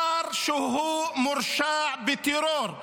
שר שמורשע בטרור.